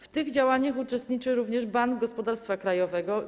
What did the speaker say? W tych działaniach uczestniczy również Bank Gospodarstwa Krajowego.